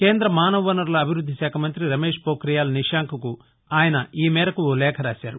కేంద్ర మానవ వనరుల అభివృద్ది శాఖ మంతి రమేష్ పోభియాల్ నిశాంక్కు ఆయన ఈ మేరకు ఓ లేఖ రాశారు